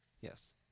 Yes